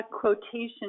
quotation